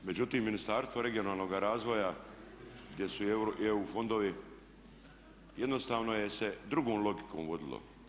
Međutim, Ministarstvo regionalnoga razvoja gdje su i EU fondovi jednostavno se drugom logikom vodilo.